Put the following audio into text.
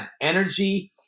energy